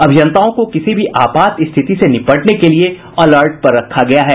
अभियंताओं को किसी भी आपात स्थिति से निपटने के लिये अलर्ट पर रखा गया है